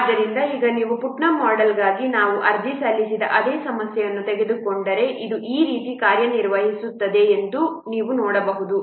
ಆದ್ದರಿಂದ ಈಗ ನೀವು ಪುಟ್ನಮ್ ಮೋಡೆಲ್ಗಾಗಿ ನಾವು ಅರ್ಜಿ ಸಲ್ಲಿಸಿದ ಅದೇ ಸಮಸ್ಯೆಯನ್ನು ತೆಗೆದುಕೊಂಡರೆ ಇದು ಈ ರೀತಿ ಕಾರ್ಯನಿರ್ವಹಿಸುತ್ತದೆ ಎಂದು ನೀವು ನೋಡಬಹುದು